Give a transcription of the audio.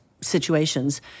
situations